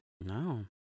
No